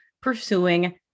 pursuing